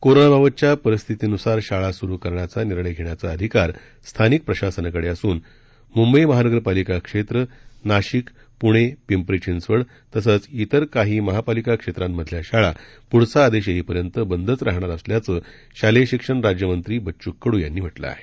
कोरोनाबाबतच्या परिस्थितीनुसार शाळा सुरू करण्याचा निर्णय घेण्याचा अधिकार स्थानिक प्रशासनाकडे असून मुंबई महानगरपालिका क्षेत्र नाशिक पुणे पिंपरी चिंचवड तसंच अन्य काही महापालिका क्षेत्रातल्या शाळा पुढील आदेश येईपर्यंत बंदच राहणार असल्याचं शालेय शिक्षण राज्य मंत्री बच्चू कडू यांनी म्हटलं आहे